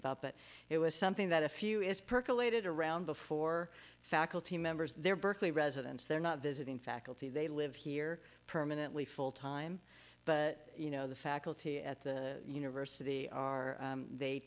about but it was something that a few is percolated around before faculty members their berkeley residents they're not visiting faculty they live here permanently full time but you know the faculty at the university are they